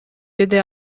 деди